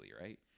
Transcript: right